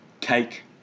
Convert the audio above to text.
cake